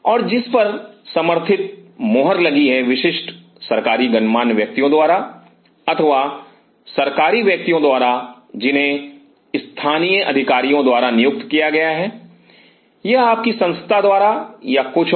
और जिस पर समर्थित मोहर लगी है विशिष्ट सरकारी गणमान्य व्यक्तियों द्वारा अथवा सरकारी व्यक्तियों द्वारा जिन्हें स्थानीय अधिकारियों द्वारा नियुक्त किया गया है यह आपकी संस्था द्वारा या कुछ और